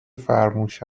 فرموش